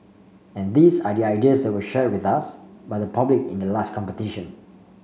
and these are the ideas that were shared with us by the public in the last competition